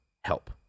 help